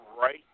right